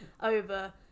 over